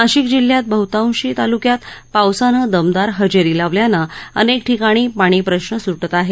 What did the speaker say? नाशिक जिल्ह्यात बह्तांशी तालुक्यात पावसानं दमदार हजेरी लावल्यानं अनेक ठिकाणी पाणी प्रश्न सुटत आहे